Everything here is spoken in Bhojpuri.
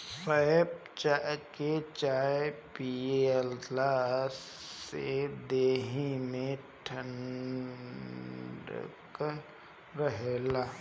सौंफ के चाय पियला से देहि में ठंडक रहेला